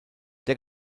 der